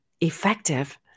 effective